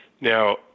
Now